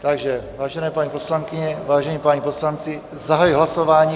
Takže vážené paní poslankyně, vážení páni poslanci, zahajuji hlasování.